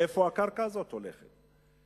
לאן הקרקע הזאת הולכת.